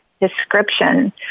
description